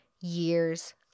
years